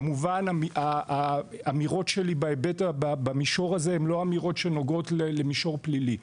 כמובן שהאמירות שלי במישור הזה הן לא אמירות שנוגעות למישור פלילי,